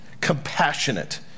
compassionate